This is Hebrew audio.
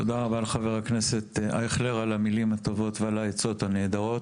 תודה לחבר הכנסת אייכלר על המילים הטובות והעצות הנהדרות.